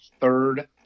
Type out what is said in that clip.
third